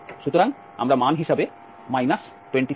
সুতরাং আমরা মান হিসাবে 27π পাব